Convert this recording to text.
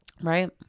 right